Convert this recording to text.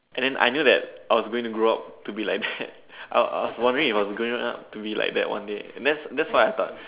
and then I knew that I was going to grow up to be like that I I was wondering if I was growing up to be like that one day and that's that's what I thought